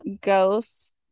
ghosts